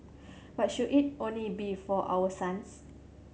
but should it only be for our sons